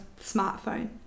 smartphone